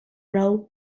role